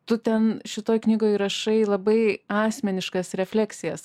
tu ten šitoj knygoj rašai labai asmeniškas refleksijas